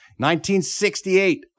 1968